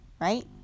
right